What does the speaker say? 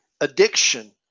addiction